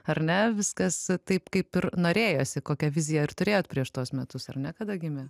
ar ne viskas taip kaip ir norėjosi kokią viziją ir turėjot prieš tuos metus ar ne kada gimė